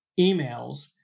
emails